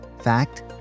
Fact